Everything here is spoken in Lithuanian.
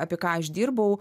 apie ką išdirbau